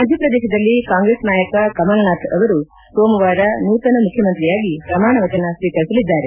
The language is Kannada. ಮಧ್ಯಪ್ರದೇಶದಲ್ಲಿ ಕಾಂಗ್ರೆಸ್ ನಾಯಕ ಕಮಲ್ನಾಥ್ ಅವರು ಸೋಮವಾರ ನೂತನ ಮುಖ್ಯಮಂತ್ರಿಯಾಗಿ ಪ್ರಮಾಣ ವಚನ ಸ್ವೀಕರಿಸಲಿದ್ದಾರೆ